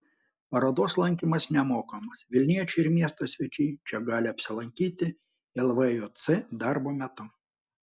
parodos lankymas nemokamas vilniečiai ir miesto svečiai čia gali apsilankyti lvjc darbo metu